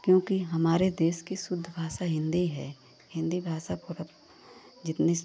क्योंकि हमारे देश की शुद्ध भाषा हिन्दी है हिन्दी भाषा पुरा जितनी